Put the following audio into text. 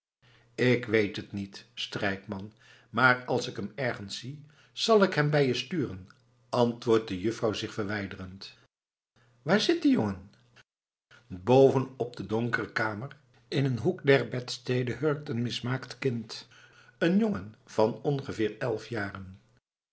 k weet het niet strijkman maar als ik hem ergens zie zal ik hem bij je sturen antwoordt de juffrouw zich verwijderend waar zit die jongen boven op de donkere kamer in een hoek der bedstede hurkt een mismaakt kind een jongen van ongeveer elf jaren